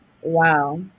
wow